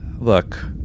look